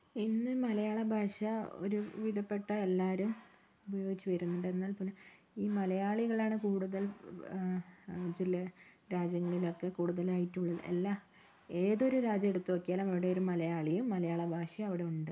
ഇന്ന് മലയാള ഭാഷ ഒരു വിധപ്പെട്ട എല്ലാരും ഉപയോഗിച്ച് വരുന്നുണ്ട് എന്നാൽ പോലും ഈ മലയാളികളാണ് കൂടുതൽ ചില രാജ്യങ്ങളിലൊക്കെ കൂടുതലായിട്ട് ഉള്ളത് എല്ലാ ഏതൊരു രാജ്യം എടുത്ത് നോക്കിയാലും അവിടെ ഒരു മലയാളിയും മലയാള ഭാഷയും അവിടെയുണ്ട്